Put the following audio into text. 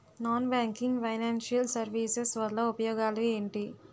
Non banking financial services వల్ల ఉపయోగాలు ఎంటి?